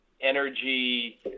energy